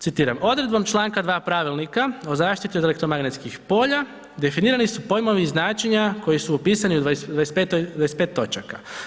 Citiram, odredbom članka 2. Pravilnika o zaštiti od elektromagnetskih polja definirani su pojmovi i značenja koji su opisani u 25 točaka.